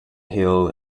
hill